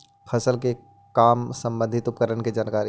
फसल के काम संबंधित उपकरण के जानकारी?